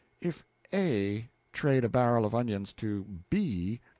if a trade a barrel of onions to b,